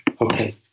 Okay